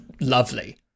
lovely